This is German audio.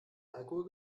alkohol